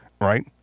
right